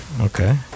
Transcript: okay